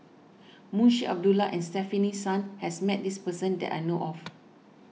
Munshi Abdullah and Stefanie Sun has met this person that I know of